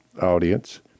audience